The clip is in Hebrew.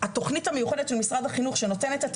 שהתוכנית המיוחדת של משרד החינוך שנותנת את